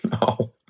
no